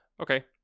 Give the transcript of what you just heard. Okay